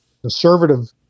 conservative